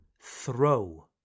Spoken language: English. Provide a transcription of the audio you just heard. throw